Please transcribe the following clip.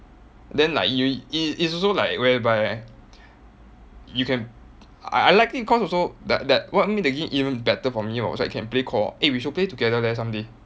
then like you it it's also like whereby you can I I like it cause also that that what made that game even better for me was I can play call eh we should play together leh someday